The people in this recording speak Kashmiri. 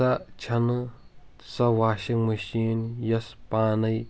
سۄ چھنہٕ سۄ واشِنٛگ مٔشیٖن یۄس پانے